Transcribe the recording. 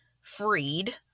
freed